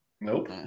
Nope